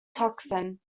toxin